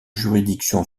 juridiction